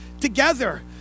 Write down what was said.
together